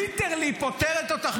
ליטרלי פוטרת אותך,